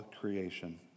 creation